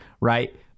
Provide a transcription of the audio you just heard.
right